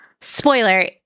spoiler